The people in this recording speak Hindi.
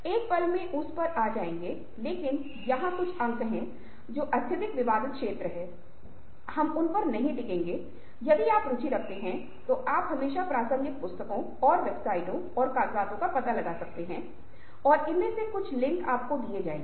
एक पल में उस पर आ जाएगे लेकिन यहाँ कुछ अंक हैं जो अत्यधिक विवादित क्षेत्र हैं हम उन पर नहीं टिकेंगे यदि आप रुचि रखते हैं तो आप हमेशा प्रासंगिक पुस्तकों और वेबसाइटों और कागजात का पता लगा सकते हैं और इनमें से कुछ लिंक आपको दिए जाएंगे